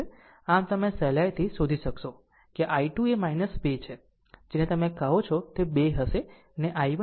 આમ તમે સહેલાઇથી શોધી શકશો કે i2 એ 2 છે જેને તમે કહો છો તે 2 હશે અને i1 એ 0